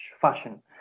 fashion